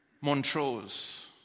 Montrose